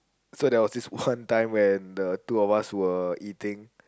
so there was this one time when the two of us were eating